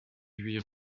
huit